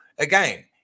Again